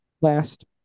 last